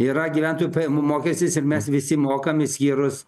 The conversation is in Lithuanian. yra gyventojų pajamų mokestis ir mes visi mokam išskyrus